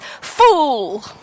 fool